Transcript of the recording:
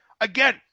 Again